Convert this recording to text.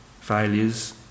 failures